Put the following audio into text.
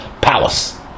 palace